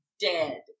dead